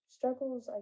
Struggles